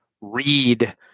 read